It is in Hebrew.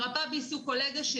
מרפאה בעיסוק,